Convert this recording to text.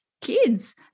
kids